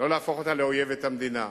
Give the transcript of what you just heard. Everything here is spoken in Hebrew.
לא להפוך אותה לאויבת המדינה.